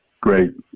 Great